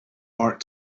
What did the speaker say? art